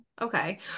okay